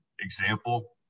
example